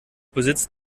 besitzt